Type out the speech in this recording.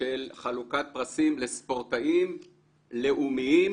של חלוקת פרסים לספורטאים לאומיים,